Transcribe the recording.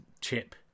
chip